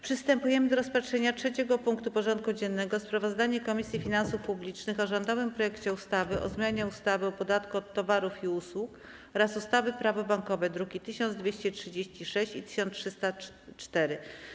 Przystępujemy do rozpatrzenia punktu 3. porządku dziennego: Sprawozdanie Komisji Finansów Publicznych o rządowym projekcie ustawy o zmianie ustawy o podatku od towarów i usług oraz ustawy - Prawo bankowe (druki nr 1236 i 1304)